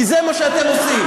כי זה מה שאתם עושים.